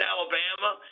Alabama